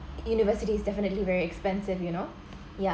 university is definitely very expensive you know yeah